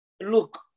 look